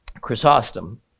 Chrysostom